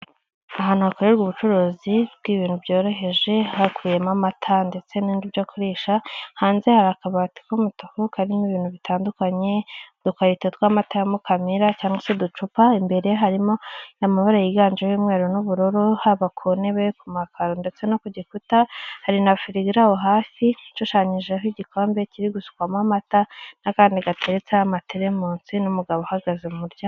Ahantu hakorerwa ubucuruzi, bw'ibintu byoroheje, hakuyemo amata ndetse n'ibibyo kurisha, hanze hari akabati k'umutuku karimo ibintu bitandukanye, utukarito tw'amata ya Mukamira, cyangwa se uducupa imbere harimo amabara yiganjemo umwe n'ubururu, haba ku ntebe ku makaro ndetse no ku gikuta, hari na firigo iraho hafi, ishushanyijeho igikombe kiri gusukwamo amata, n'akandi gateretse amateremonsi n'umugabo uhagaze mu muryango.